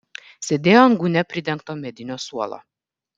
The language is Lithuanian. sėdėjo ant gūnia pridengto medinio suolo